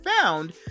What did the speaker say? found